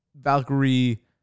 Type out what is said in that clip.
Valkyrie